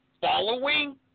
Following